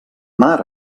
mar